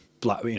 black